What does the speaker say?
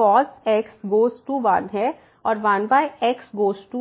cos x goes to 1 है और 1x goes to